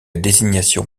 désignation